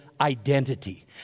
identity